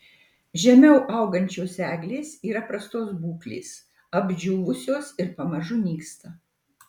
žemiau augančios eglės yra prastos būklės apdžiūvusios ir pamažu nyksta